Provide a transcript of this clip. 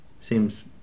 Seems